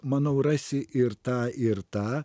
manau rasi ir tą ir tą